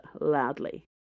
loudly